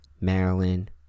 Maryland